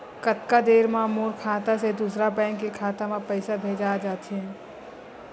कतका देर मा मोर खाता से दूसरा बैंक के खाता मा पईसा भेजा जाथे?